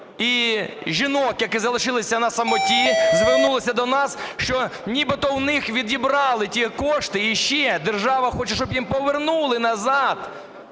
і жінок, які залишилися на самоті, звернулися до нас, що нібито в них відібрали ті кошти, і ще держава хоче, щоб їм повернули назад.